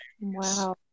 wow